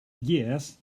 years